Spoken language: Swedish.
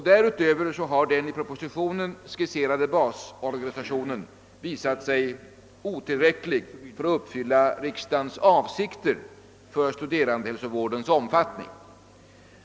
Därutöver har den i propositionen skisserade basorganisationen visat sig otillräcklig för att uppfylla riksdagens avsikter med studerandehälsovårdens omfattning.